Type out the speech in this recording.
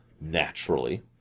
naturally